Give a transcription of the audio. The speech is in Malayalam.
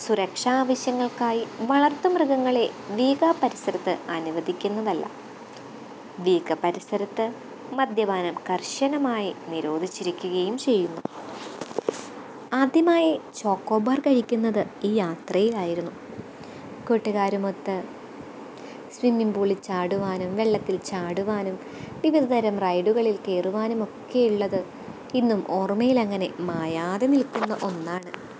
സുരക്ഷാ ആവശ്യങ്ങള്ക്കായി വളര്ത്തു മൃഗങ്ങളെ വീഗാ പരിസരത്ത് അനുവദിക്കുന്നതല്ല വീഗ പരിസരത്തു മദ്യപാനം കര്ശനമായി നിരോധിച്ചിരിക്കുകയും ചെയ്യുന്നു ആദ്യമായി ചോക്കോ ബാർ കഴിക്കുന്നത് ഈ യാത്രയിലായിരുന്നു കൂട്ടുകാരുമൊത്ത് സ്വിമ്മിംഗ് പൂളില് ചാടുവാനും വെള്ളത്തില് ചാടുവാനും വിവിധതരം റൈഡുകളില് കയറുവാനുമൊക്കെ ഉള്ളത് ഇന്നും ഓര്മ്മയിലങ്ങനെ മായാതെ നില്ക്കുന്ന ഒന്നാണ്